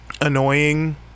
annoying